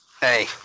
hey